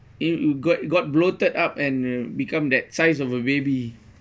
if you got got bloated up and become that size of a baby